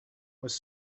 was